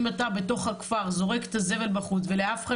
אם אתה בכפר זורק את הזבל בחוץ ולאף אחד